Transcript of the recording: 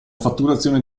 fatturazione